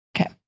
okay